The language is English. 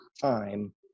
time